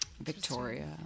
Victoria